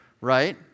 right